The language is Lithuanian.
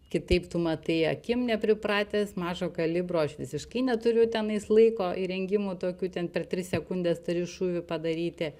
kitaip tu matai akim nepripratęs mažo kalibro aš visiškai neturiu tenais laiko įrengimų tokių ten per tris sekundes turi šūvį padaryti